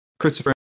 Christopher